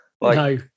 No